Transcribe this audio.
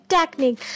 technique